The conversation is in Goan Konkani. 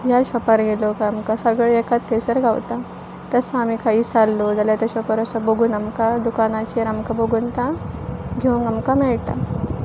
ह्या शॉपार गेलो काय आमकां सगळे एकाच थंयसर गावता तसां आमी खंयी सारलो जाल्यार त्या शॉपार असो बघून आमकां दुकानाचेर आमकां बघून तां घेवंक आमकां मेळटा